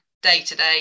day-to-day